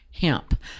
hemp